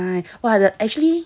!wah! the actually